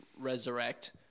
resurrect